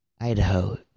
Idaho